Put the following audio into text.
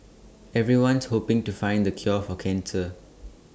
everyone's hoping to find the cure for cancer